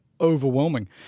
overwhelming